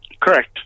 Correct